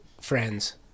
friends